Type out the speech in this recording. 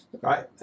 right